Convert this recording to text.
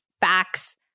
facts